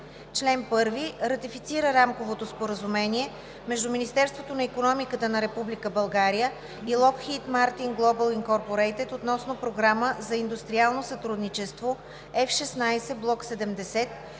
Чл. 1. Ратифицира Рамковото споразумение между Министерството на икономиката на Република България и Lockheed Martin Global INC относно програма за индустриално сътрудничество F-16 блок 70,